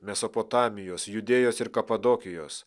mesopotamijos judėjos ir kapadokijos